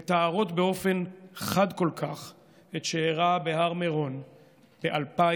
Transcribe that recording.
מתארות באופן חד כל כך את שאירע בהר מירון ב-2021,